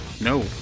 no